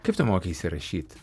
kaip tu mokeisi rašyt